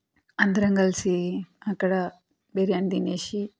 అందరం కలిసి అక్కడ బిర్యానీ తినేసి